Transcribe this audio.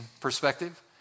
perspective